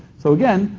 so again,